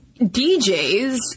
DJs